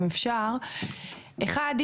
אחת,